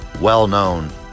well-known